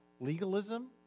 legalism